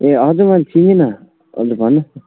ए हजुर मैले चिनिनँ हजुर भन्नुहोस् न